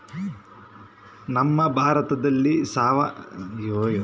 ನಮ್ಮ ಭಾರತದಲ್ಲಿ ಸಾವಯವ ಕೃಷಿಗೆ ಜಾಸ್ತಿ ಮಹತ್ವ ಇಲ್ಲ ಯಾಕೆ?